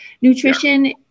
nutrition